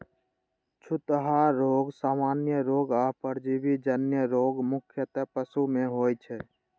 छूतहा रोग, सामान्य रोग आ परजीवी जन्य रोग मुख्यतः पशु मे होइ छै